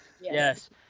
Yes